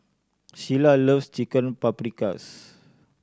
Shiela loves Chicken Paprikas